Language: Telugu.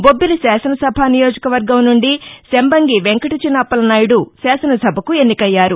బొబ్బిలి శాసనసభ నియోజకవర్గం నుండి శంబంగి వెంకటచిన అప్పలనాయుడు శాసనసభకు ఎన్నికయ్యారు